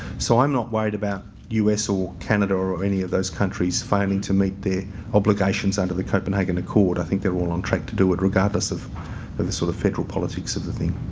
so i'm not worried about u s. or canada or any of those countries failing to meet their obligations under, the copenhagen accord. i think they're all on track to do it regardless of the the sort of federal policies of the thing.